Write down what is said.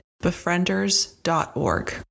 Befrienders.org